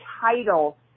title